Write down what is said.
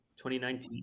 2019